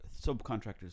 Subcontractors